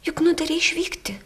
juk nutarei išvykti